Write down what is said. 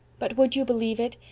but would you believe it?